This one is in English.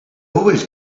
always